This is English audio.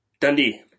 Dundee